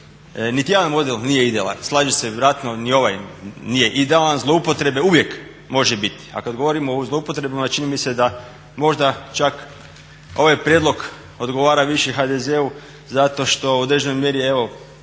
Niti jedan model nije idealan, slažem se, vjerojatno ni ovaj nije idealan, zloupotrebe uvijek može biti. A kad govorimo o zloupotrebi onda čini mi se da možda čak ovaj prijedlog odgovara više HDZ-u zato što u određenoj mjeri evo